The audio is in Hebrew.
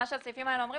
הסעיפים האלה אומרים